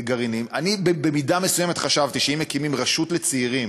אני במידה מסוימת חשבתי שאם מקימים רשות לצעירים,